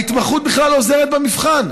ההתמחות בכלל לא עוזרת במבחן,